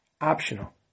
optional